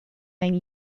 name